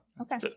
okay